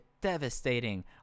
devastating